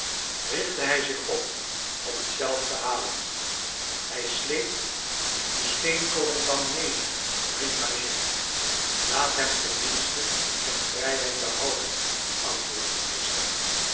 richtte hij zich op om het zelf te halen hij sleept de steenkolendam mede riep pagès laat hem tenminste zijn vrijheid behouden antwoordde de meester